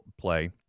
play